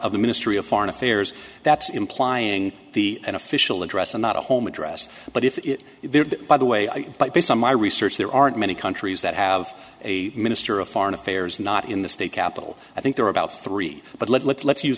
of the ministry of foreign affairs that's implying the an official address and not a home address but if it is there by the way i but based on my research there aren't many countries that have a minister of foreign affairs not in the state capital i think there are about three but let's let's use